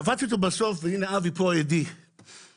תפסתי אותו בחוץ ואמרתי לו,